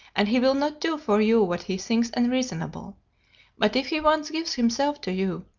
and he will not do for you what he thinks unreasonable but if he once gives himself to you,